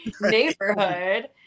neighborhood